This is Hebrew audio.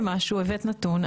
הבאת נתון.